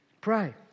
pray